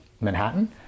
Manhattan